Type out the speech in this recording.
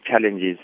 challenges